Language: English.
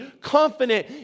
confident